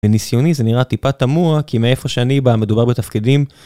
ניסיוני זה נראה טיפה תמוה כי מאיפה שאני בא מדובר בתפקידים.